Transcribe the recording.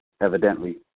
evidently